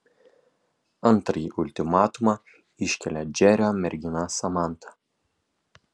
antrąjį ultimatumą iškelia džerio mergina samanta